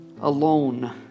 alone